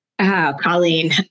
Colleen